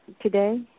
today